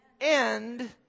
end